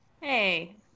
Hey